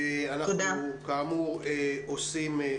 יש לנו עוד הרבה דוברים.